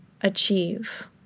achieve